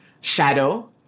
shadow